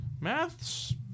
Math's